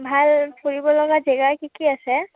ভাল ফুৰিব লগা জেগা কি কি আছে